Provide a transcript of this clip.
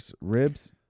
Ribs